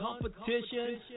Competition